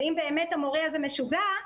ואם באמת המורה הזה משוגע,